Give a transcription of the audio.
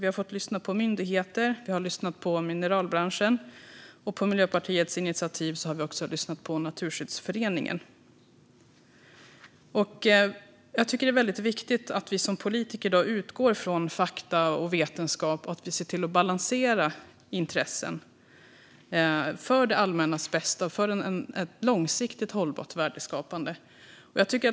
Vi har fått lyssna på myndigheter, vi har lyssnat på mineralbranschen och på Miljöpartiets initiativ har vi också lyssnat på Naturskyddsföreningen. Jag tycker att det är väldigt viktigt att vi politiker utgår från fakta och vetenskap och ser till att balansera intressen för det allmännas bästa och för ett långsiktigt hållbart värdeskapande.